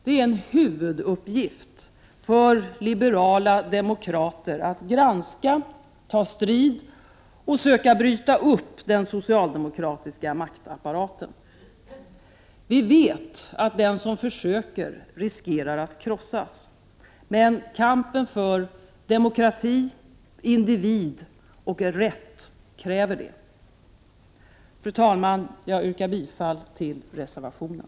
Det är en huvuduppgift för liberala demokrater att granska, ta strid med och söka bryta upp den socialdemokratiska maktapparaten. Vi vet att den som försöker riskerar att krossas. Men kampen för demokrati, individ och rätt kräver det. Fru talman! Jag yrkar bifall till reservationen.